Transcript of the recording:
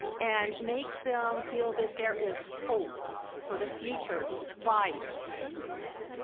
and makes them feel that there is hope for the future despite thank you, ms. crowe.